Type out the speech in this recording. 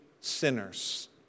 sinners